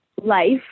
life